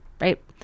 right